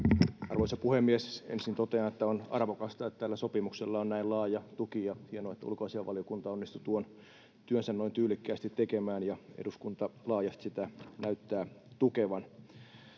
Arvoisa puhemies! Ensin totean, että on arvokasta, että tällä sopimuksella on näin laaja tuki, ja on hienoa, että ulkoasiainvaliokunta onnistui tuon työnsä noin tyylikkäästi tekemään ja eduskunta laajasti sitä näyttää tukevan.